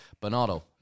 Bernardo